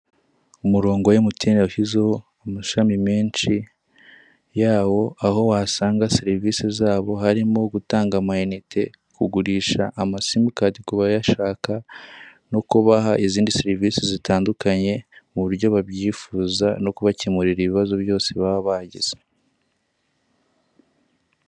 Umurongo MTN yashizeho amashami menshi yawo aho wasanga serivise zabo harimo gutanga amayinite, kugurisha amasimukadi kubayashaka no kubaha izindi serivise zitandukanye mu buryo babyifuza bo kubakemurira ibibazo byose baba bagize.